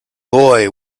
boy